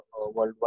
worldwide